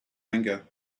anger